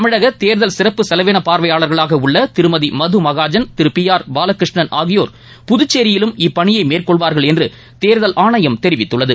தமிழக தேர்தல் சிறப்பு செலவின பார்வையாளார்களாக உள்ள திருமதி மது மகாஜன் திரு பி ஆர் பாலகிருஷ்ணன் ஆகியோா் புதுச்சேரியிலும் இப்பணியை மேற்கொள்வாா்கள் என்று தேர்தல் ஆணையம் தெரிவித்துள்ளது